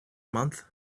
month